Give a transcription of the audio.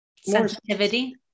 Sensitivity